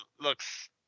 looks